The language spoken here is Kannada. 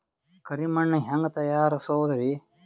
ಕರಿ ಮಣ್ ಹೆಂಗ್ ತಯಾರಸೋದರಿ?